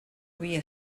havia